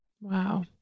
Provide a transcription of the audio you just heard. Wow